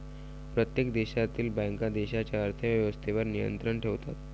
प्रत्येक देशातील बँका देशाच्या अर्थ व्यवस्थेवर नियंत्रण ठेवतात